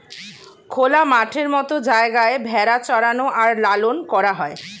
খোলা মাঠের মত জায়গায় ভেড়া চরানো আর লালন করা হয়